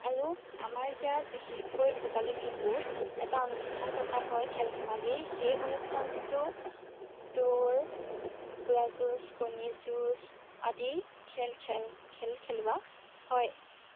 আৰু আমাৰ ইয়াত বিশেষকৈ ভোগালী বিহুত এটা অনুষ্ঠান পতা হয় খেল ধেমালি সেই অনুষ্ঠানটোতো দৌৰ কুকুৰা যুঁজ কণী যুঁজ আদি খেল খেল খেল খেলোৱা হয়